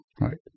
Right